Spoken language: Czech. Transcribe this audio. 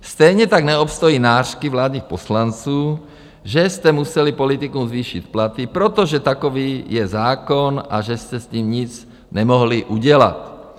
Stejně tak neobstojí nářky vládních poslanců, že jste museli politikům zvýšit platy, protože takový je zákon, a že jste s ním nemohli nic udělat.